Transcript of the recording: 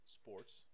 sports